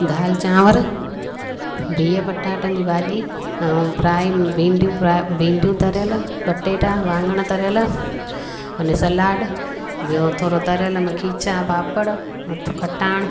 दालि चांवरु बिह पटाटनि जी भाॼी ऐं फ्राई भींडियूं फ्राई भींडियूं तरियल पटेटा वाङणु तरियल अने सलाड ॿियों थोरो तरियल में खीचा पापड़ त खटाण